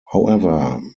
however